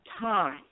time